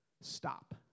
Stop